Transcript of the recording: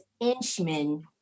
inchman